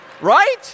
Right